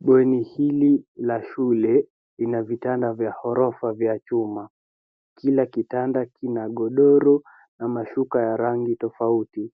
Bweni hili la shule lina vitanda vya ghorofa vya chuma. Kila kitanda kina godoro na mashuka ya rangi tofauti,